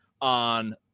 on